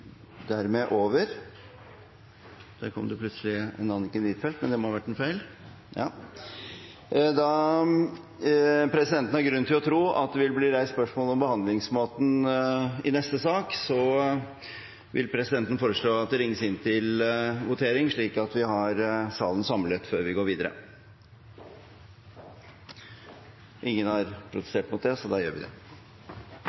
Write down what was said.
Presidenten har grunn til å tro at det vil bli reist spørsmål om behandlingsmåten i neste sak, så presidenten vil foreslå at det ringes inn til votering, slik at vi har salen samlet før vi går videre. Ingen